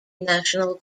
national